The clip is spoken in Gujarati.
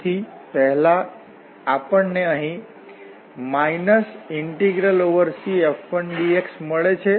તેથી પહેલા આપણ ને અહીં CF1dx મળે છે